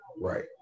Right